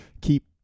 keep